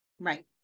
Right